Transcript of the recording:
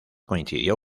coincidió